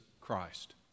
Christ